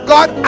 God